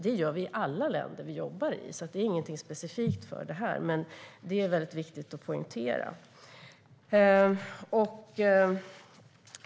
Det gör vi i alla länder vi jobbar i - det är inget vi gör specifikt här - men det är viktigt att poängtera.